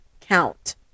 count